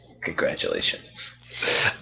Congratulations